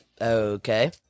Okay